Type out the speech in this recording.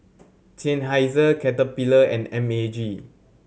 Seinheiser Caterpillar and M A G